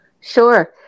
Sure